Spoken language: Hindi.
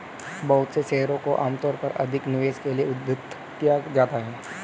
बहुत से शेयरों को आमतौर पर अधिक निवेश के लिये उद्धृत किया जाता है